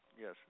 Yes